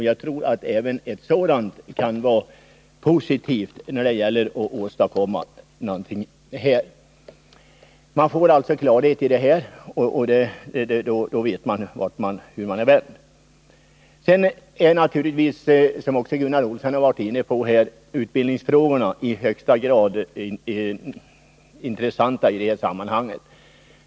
Jag tror att det är positivt om ett sådant nu ges. Det är alltså bra om man får klarhet på den här punkten. Som Gunnar Olsson varit inne på, är vidare utbildningsfrågorna i högsta grad intressanta i dessa sammanhang.